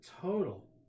total